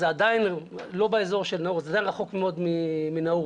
זה עדיין רחוק מאוד מנאעורה.